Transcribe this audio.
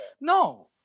No